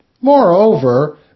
Moreover